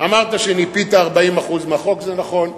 אמרת שניפית 40% מהחוק, זה נכון.